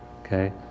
okay